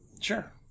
sure